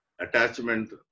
attachment